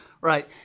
Right